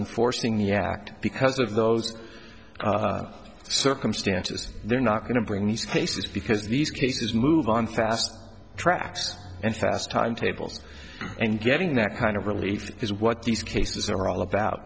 enforcing the act because of those circumstances they're not going to bring these cases because these cases move on fast tracks and fast timetables and getting that kind of relief is what these cases are all about